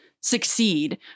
succeed